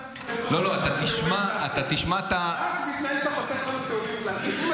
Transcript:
אני נשאר להצביע רק בתנאי שאתה חוסך לנו תיאורים פלסטיים.